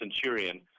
Centurion